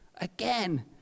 Again